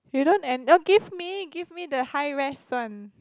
you don't and give me give me the high res one